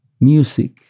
music